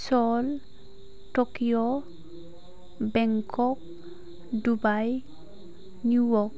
Seoul Tokyo Bangkok Dubai New York